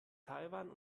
taiwan